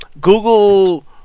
Google